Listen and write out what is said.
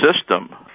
system